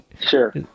sure